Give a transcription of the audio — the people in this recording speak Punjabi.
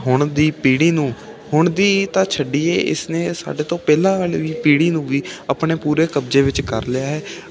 ਹੁਣ ਦੀ ਪੀੜ੍ਹੀ ਨੂੰ ਹੁਣ ਦੀ ਤਾਂ ਛੱਡੀਏ ਇਸਨੇ ਸਾਡੇ ਤੋਂ ਪਹਿਲਾਂ ਵਾਲੇ ਦੀ ਪੀੜ੍ਹੀ ਨੂੰ ਵੀ ਆਪਣੇ ਪੂਰੇ ਕਬਜ਼ੇ ਵਿੱਚ ਕਰ ਲਿਆ ਹੈ